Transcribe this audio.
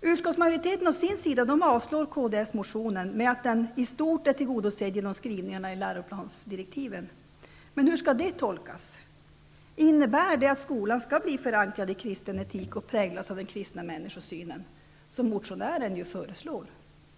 Utskottsmajoriteten å sin sida avslår Kds-motionen med motiveringen att motionen i stort sett är tillgodosedd genom skrivningarna i läroplansdirektiven. Hur skall det tolkas? Innebär det att skolan skall bli förankrad i kristen etik och präglas av den kristna människosynen, som motionären föreslår?